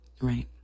right